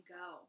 go